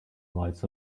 rides